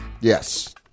Yes